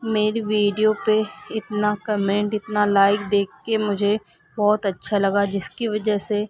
میری ویڈیو پہ اتنا کمنٹ اتنا لائک دیکھ کے مجھے بہت اچھا لگا جس کی وجہ سے